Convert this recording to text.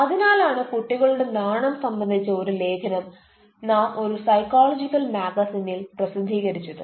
അതിനാലാണ് കുട്ടികളുടെ നാണം സംബന്ധിച്ച ഒരു ലേഖനം നാം ഒരു സൈക്കോളജിക്കൽ മാഗസിനിൽ പ്രസിദ്ധീകരിച്ചത്